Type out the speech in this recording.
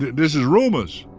this is rumors